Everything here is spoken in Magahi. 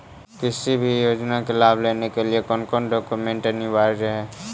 किसी भी योजना का लाभ लेने के लिए कोन कोन डॉक्यूमेंट अनिवार्य है?